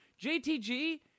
JTG